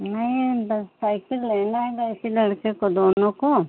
नहीं बस सइकिल लेना है बस इसी लड़के को दोनों को